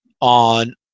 on